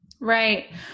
Right